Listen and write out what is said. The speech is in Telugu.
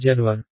అబ్జర్వర్